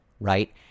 right